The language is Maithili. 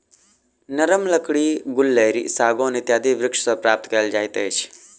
नरम लकड़ी गुल्लरि, सागौन इत्यादि वृक्ष सॅ प्राप्त कयल जाइत अछि